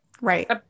right